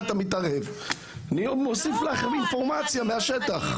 אני מוסיף אינפורמציה מהשטח.